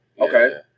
Okay